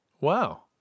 Wow